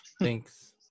Thanks